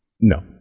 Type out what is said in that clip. No